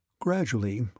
Gradually